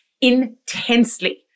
intensely